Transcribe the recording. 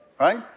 right